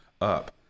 up